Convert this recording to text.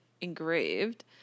engraved